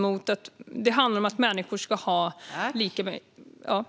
Det handlar om att människor ska ha lika möjligheter.